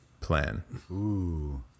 plan